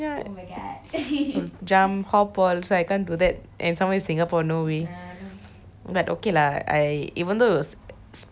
jump hop all so I can't do that and some more it's singapore no way but okay lah I even though it was spicy but it was nice